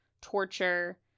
torture